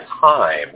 time